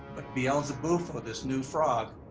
but beelzebufo this new frog,